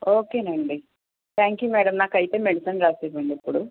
okay అండి thank you madam నాకు అయితే మెడిసిన్ రాసి ఇవ్వండి ఇప్పుడు